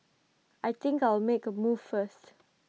I think I'll make A move first